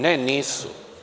Ne, nisu.